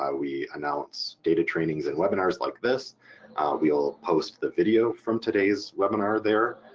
ah we announce data trainings and webinars like this, we will post the video from today's webinar there,